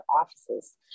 offices